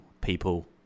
people